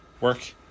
work